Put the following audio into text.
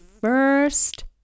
first